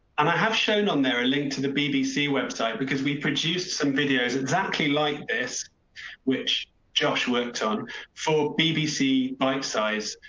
and i have shown on there a link to the bbc website because we produced some videos exactly like this which josh worked on for bbc bite size.